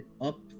up